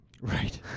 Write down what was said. Right